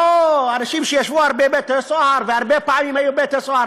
אנשים שישבו הרבה בבתי-סוהר והיו הרבה פעמים בבתי-סוהר.